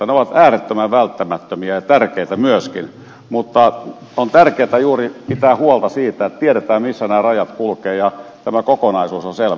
ne ovat äärettömän välttämättömiä ja tärkeitä myöskin mutta on tärkeätä juuri pitää huoli siitä että tiedetään missä nämä rajat kulkevat ja että tämä kokonaisuus on selvä